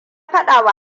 fadawa